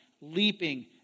leaping